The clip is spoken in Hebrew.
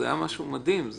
זה היה משהו מדהים.